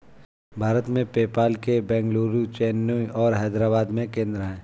भारत में, पेपाल के बेंगलुरु, चेन्नई और हैदराबाद में केंद्र हैं